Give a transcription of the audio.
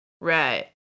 Right